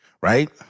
right